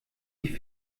die